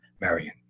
Marion